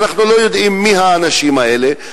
ואנחנו לא יודעים מי האנשים האלה.